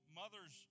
mothers